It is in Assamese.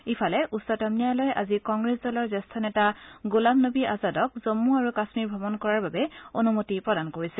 ইফালে উচ্চতম ন্যায়ালয়ে আজি কংগ্ৰেছ দলৰ জ্যেষ্ঠ নেতা গোলাম নবী আজাদক জন্মু আৰু কাশ্মীৰ ভ্ৰমণ কৰাৰ বাবে অনুমতি প্ৰদান কৰিছে